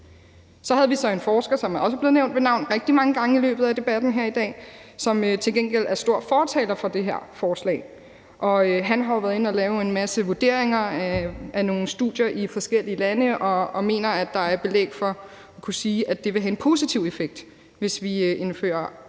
Så havde vi så en forsker, som også er blevet nævnt ved navn rigtig mange gange i løbet af debatten her i dag, og som til gengæld er stor fortaler for det her forslag. Han har været inde og lave en masse vurderinger af nogle studier i forskellige lande og mener, at der er belæg for kunne sige, at det vil have en positiv effekt, hvis vi indfører aktivt